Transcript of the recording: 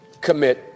commit